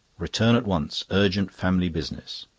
return at once. urgent family business.